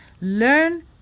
learn